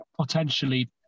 potentially